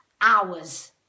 hours